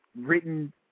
written